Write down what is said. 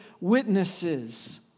witnesses